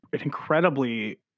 incredibly